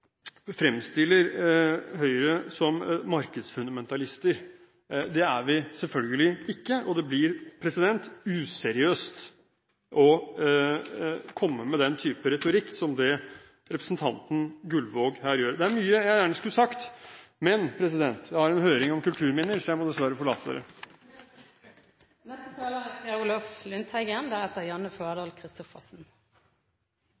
fremstiller Høyre som markedsfundamentalister. Det er vi selvfølgelig ikke, og det blir useriøst å komme med den type retorikk som det representanten Gullvåg her gjør. Det er mye jeg gjerne skulle sagt, men jeg har en høring om kulturminner, så jeg må dessverre forlate